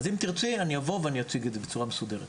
אז אם תרצי אני אבוא ואני אציג את זה בצורה נפרדת.